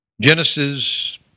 Genesis